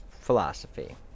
philosophy